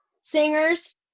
singers